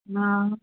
आं